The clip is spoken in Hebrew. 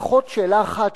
לפחות שאלה אחת,